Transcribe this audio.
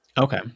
Okay